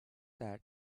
that